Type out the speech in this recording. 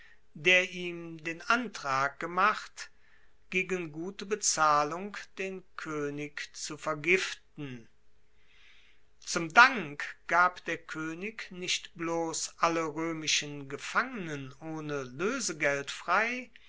der ihm den antrag gemacht gegen gute bezahlung den koenig zu vergiften zum dank gab der koenig nicht bloss alle roemischen gefangenen ohne loesegeld frei